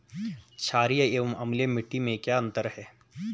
छारीय एवं अम्लीय मिट्टी में क्या अंतर है?